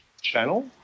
channel